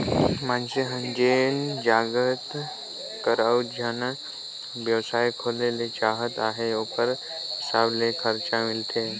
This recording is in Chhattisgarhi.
मइनसे हर जेन जाएत कर अउ जइसन बेवसाय खोले ले चाहत अहे ओकरे हिसाब ले खरचा मिलथे